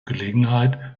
gelegenheiten